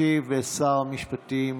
ישיב שר המשפטים